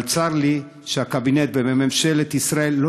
אבל צר לי שהקבינט וממשלת ישראל לא